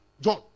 John